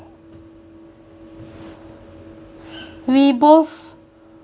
we both